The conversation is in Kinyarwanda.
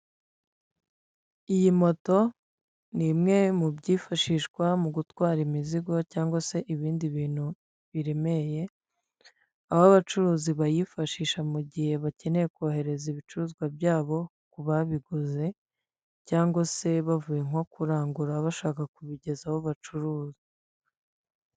Iyi moto ni imwe mu byifashishwa mu gutwara imizigo cyangwa se ibindi bintu biremereye, aho abacuruzi bayifashisha mu gihe bakeneye kohereza ibicuruzwa byabo ku babiguze, cyangwa se bavuye nko kurangura bashaka kubigezaho bacuruza.